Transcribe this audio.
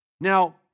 Now